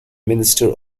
minister